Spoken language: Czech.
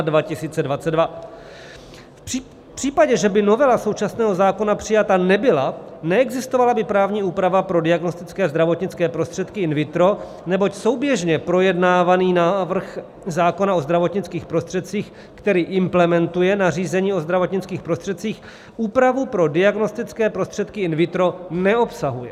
V případě, že by novela současného zákona přijata nebyla, neexistovala by právní úprava pro diagnostické zdravotnické prostředky in vitro, neboť souběžně projednávaný návrh zákona o zdravotnických prostředcích, který implementuje nařízení o zdravotnických prostředcích, úpravu pro diagnostické prostředky in vitro neobsahuje.